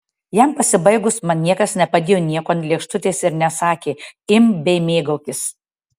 jam pasibaigus man niekas nepadėjo nieko ant lėkštutės ir nesakė imk bei mėgaukis